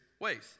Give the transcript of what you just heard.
ways